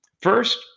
First